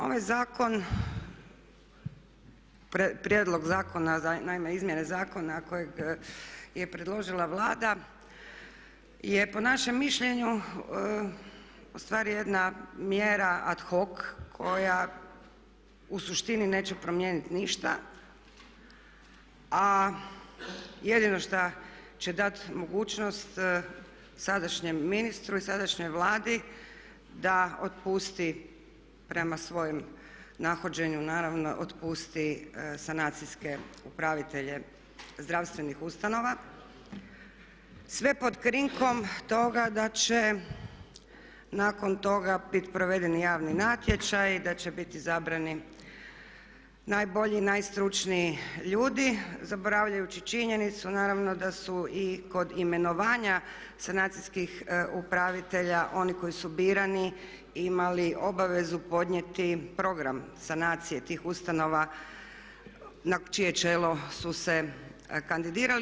Ovaj zakon, prijedlog zakona naime izmjene zakona kojeg je predložila Vlada je po našem mišljenju u stvari jedna mjera ad hoc koja u suštini neće promijenit ništa, a jedino šta će dat mogućnost sadašnjem ministru i sadašnjoj Vladi da otpusti prema svojem nahođenju naravno otpusti sanacijske upravitelje zdravstvenih ustanova sve pod krinkom toga da će nakon toga bit provedeni javni natječaji, da će biti izabrani najbolji i najstručniji ljudi zaboravljajući činjenicu naravno da su i kod imenovanja sanacijskih upravitelja oni koji su birani imali obavezu podnijeti program sanacije tih ustanova na čije čelo su se kandidirali.